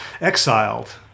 exiled